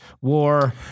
war